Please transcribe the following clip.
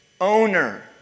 owner